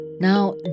Now